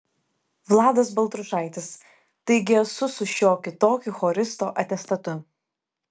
vladas baltrušaitis taigi esu su šiokiu tokiu choristo atestatu